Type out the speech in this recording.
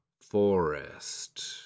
Forest